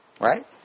Right